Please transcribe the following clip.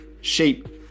shape